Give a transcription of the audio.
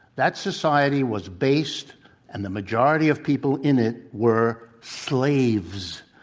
that society was based and the majority of people in it, were slaves.